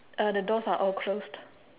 uh the doors are all closed